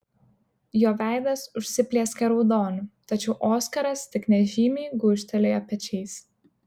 jo veidas užsiplieskė raudoniu tačiau oskaras tik nežymiai gūžtelėjo pečiais